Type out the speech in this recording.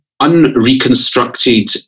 unreconstructed